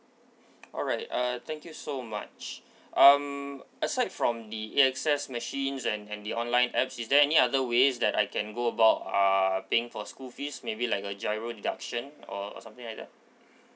alright uh thank you so much um aside from the AXS machines and and the online apps is there any other ways that I can go about uh paying for school fees maybe like a GIRO deduction or or something like that